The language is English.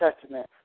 Testament